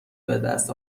بدست